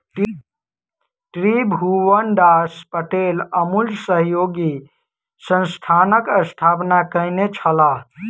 त्रिभुवनदास पटेल अमूल सहयोगी संस्थानक स्थापना कयने छलाह